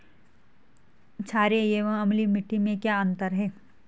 छारीय एवं अम्लीय मिट्टी में क्या अंतर है?